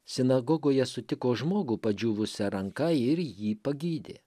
sinagogoje sutiko žmogų padžiūvusia ranka ir jį pagydė